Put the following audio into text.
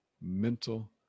mental